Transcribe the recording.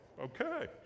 Okay